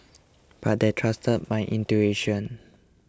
but they trusted my intuition